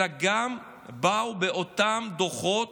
אלא גם באותם דוחות